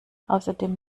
außerdem